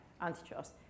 antitrust